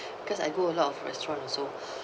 because I go a lot of restaurant also